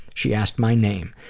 she asked my name,